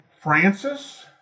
Francis